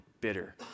bitter